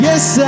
Yes